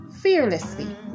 fearlessly